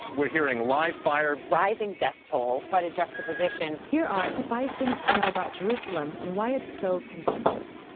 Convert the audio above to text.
we're hearing live fire, rising death toll, quite a juxtaposition, here are five things to know about jerusalem and why it's so contentious.